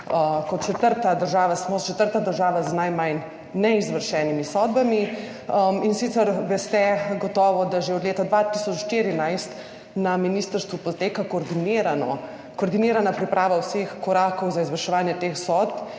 smo četrta država z najmanj neizvršenimi sodbami. Gotovo veste, da že od leta 2014 na ministrstvu poteka koordinirana priprava vseh korakov za izvrševanje teh sodb,